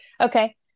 Okay